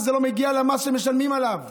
לא מגיע למס שמשלמים עליו,